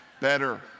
better